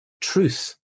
truth